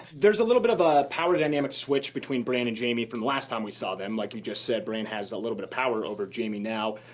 there's a little bit of a power dynamic switch between bran and jaime from the last time we saw them. like you just said, bran has a little bit of power over jaime now.